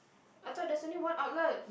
I thought there's only one outlet